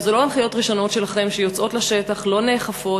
ואלה לא הנחיות ראשונות שלכם שיוצאות לשטח ולא נאכפות.